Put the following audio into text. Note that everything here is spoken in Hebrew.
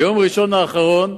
ביום ראשון האחרון,